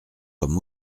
comme